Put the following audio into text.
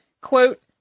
quote